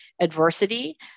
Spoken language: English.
adversity